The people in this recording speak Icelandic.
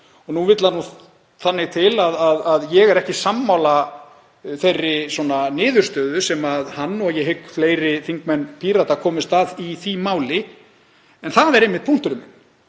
Nú vill þannig til að ég er ekki sammála þeirri niðurstöðu sem hann og ég hygg fleiri þingmenn Pírata komust að í því máli. En það er einmitt punkturinn